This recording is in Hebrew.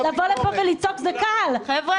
קודם כול,